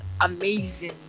amazing